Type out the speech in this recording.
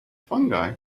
fungi